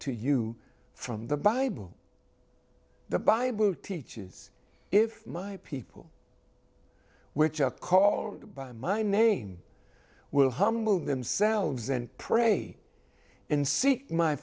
to you from the bible the bible teaches if my people which are caused by my name will humble themselves and pray and seek my